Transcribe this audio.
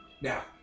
Now